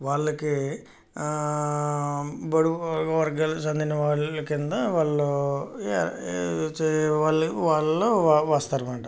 వాళ్ళకి బడుగు వర్గాలు చెందిన వాళ్ళ కింద వాళ్ళు వాళ్ళు వాళ్ళలో వస్తారన్నమాట